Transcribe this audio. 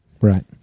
Right